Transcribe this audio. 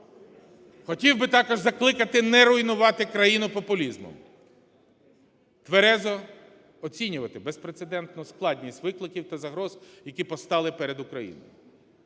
Хотів би також закликати не руйнувати країну популізмом, тверезо оцінювати безпрецедентну складність викликів та загроз, які постали перед Україною.